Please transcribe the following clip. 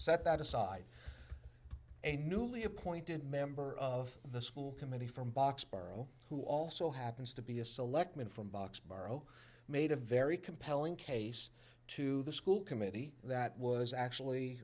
that aside a newly appointed member of the school committee from box paro who also happens to be a selectman from box borrow made a very compelling case to the school committee that was actually